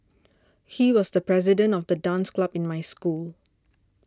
he was the president of the dance club in my school